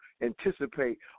anticipate